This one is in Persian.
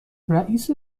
رئیس